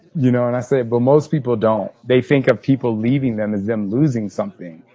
you know and i said well, most people don't. they think of people leaving them as them losing something.